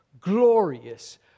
glorious